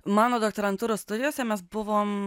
mano doktorantūros studijose mes buvom